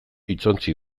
hitzontzi